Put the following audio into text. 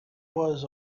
was